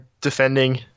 defending